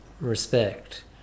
respect